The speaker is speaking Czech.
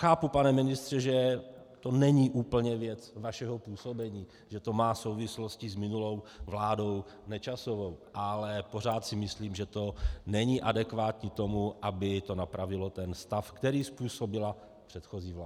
Chápu, pane ministře, že to není úplně věc vašeho působení, že to má souvislosti s minulou vládou Nečasovou, ale pořád si myslím, že to není adekvátní tomu, aby to napravilo ten stav, který způsobila předchozí vláda.